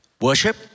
Worship